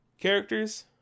Characters